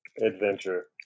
adventure